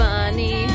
Funny